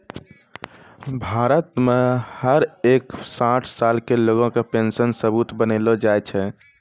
भारत मे हर एक साठ साल के लोग के पेन्शन सबूत बनैलो जाय छै